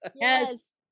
Yes